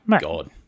God